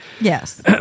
Yes